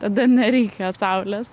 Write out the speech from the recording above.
tada nereikia saulės